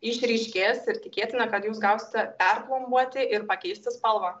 išryškės ir tikėtina kad jūs gausite perplombuoti ir pakeisti spalvą